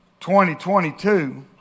2022